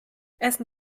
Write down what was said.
essen